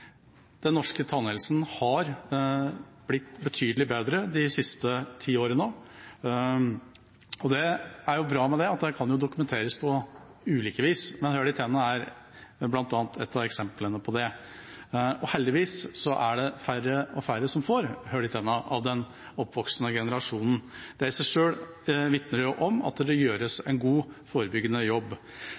Den norske tannhelsen har blitt betydelig bedre de siste ti årene, og det kan dokumenteres på ulike vis. Hull i tennene er et av eksemplene på det. Heldigvis får færre og færre av den oppvoksende generasjonen hull i tennene, og det i seg selv vitner om at det gjøres en god forebyggende jobb.